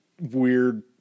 weird